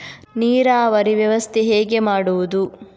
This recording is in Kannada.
ನೀರಾವರಿ ವ್ಯವಸ್ಥೆ ಹೇಗೆ ಮಾಡುವುದು?